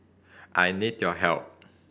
I need your help